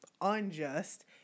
unjust